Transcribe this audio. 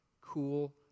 cool